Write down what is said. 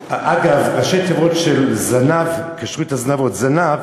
אגב, ראשי תיבות של זנ"ב, קשרו את הזנבות, זנב